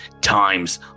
times